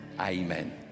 Amen